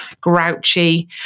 grouchy